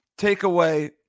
takeaway